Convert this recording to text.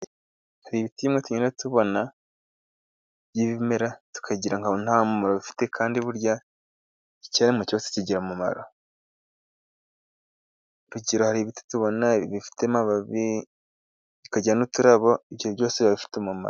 Hari ibiti bimwe tugenda tubona by'ibimera tukagira ngo nta mumaro bifite, ariko burya icyarimwe cyose kigira umumaro. Tukiri aho hari ibiti tubona bifite amababi, bikagira n'uturabo, ibyo byose biba bifite umumaro.